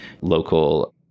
local